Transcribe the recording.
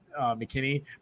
McKinney